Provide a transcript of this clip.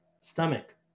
stomach